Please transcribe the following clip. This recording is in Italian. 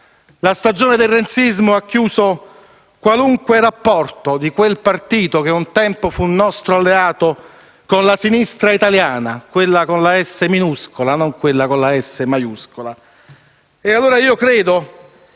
La stagione del renzismo ha chiuso qualunque rapporto di quel partito che un tempo fu nostro alleato con la sinistra italiana, quella con la "s" minuscola, non quella con la "S" maiuscola. Voglio quindi